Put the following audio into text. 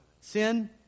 sin